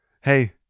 hey